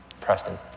Preston